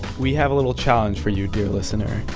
we have a little challenge for you, dear listener.